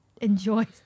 enjoy